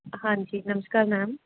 ਹਾਂਜੀ ਨਮਸਕਾਰ ਮੈਮ